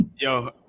Yo